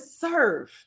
serve